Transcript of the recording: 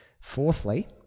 Fourthly